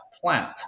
plant